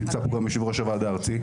נמצא פה גם יו"ר הוועד הארצי.